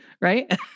right